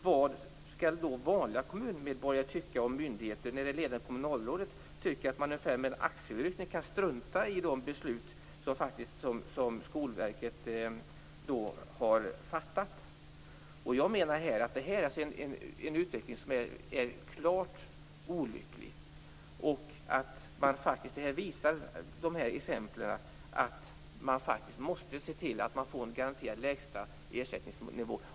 Vad skall vanliga kommunmedborgare tycka om myndigheter när det ledande kommunalrådet tycker att man med en axelryckning kan strunta i de beslut som Skolverket har fattat? Det är en utveckling som är klart olycklig. Dessa exempel visar att man måste se till att det blir en garanterad lägsta ersättningsnivå.